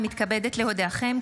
אני מתכבדת להודיעכם,